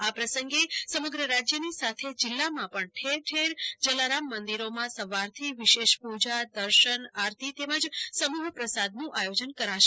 આ પ્રસંગે સમગ્ર રાજ્યની સાથે જીલ્લામાં પણ ઠેર ઠેર જલારામ મંદિરોમાં સવારથી વિશેષ પૂજા દર્શન આરતી તથા સમૂહ પ્રસાદનું આયોજન કરાશે